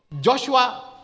Joshua